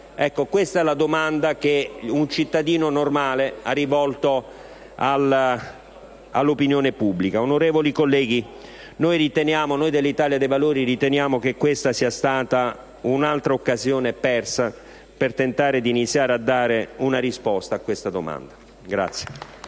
Questa è la domanda che un cittadino normale ha rivolto all'opinione pubblica. Onorevoli colleghi, noi dell'Italia dei Valori riteniamo che questa sia stata un'altra occasione persa per tentare di iniziare a dare una risposta a tale domanda